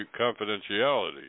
confidentiality